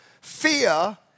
fear